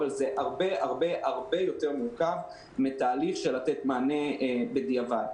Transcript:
אבל זה הרבה הרבה יותר מורכב מתהליך של לתת מענה בדיעבד.